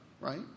right